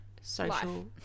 social